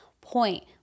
point